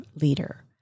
leader